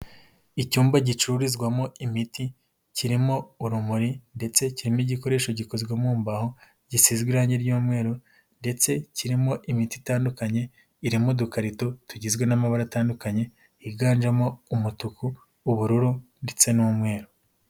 Icyumba gicururizwamo imiti, kirimo urumuri ndetse kirimo igikoresho gikozwe mu mbaho, gisigazwe irangi ry'umweru ndetse kirimo imiti itandukanye, irimo udukarito tugizwe n'amabara atandukanye, yiganjemo umutuku, ubururu ndetse n'umweru.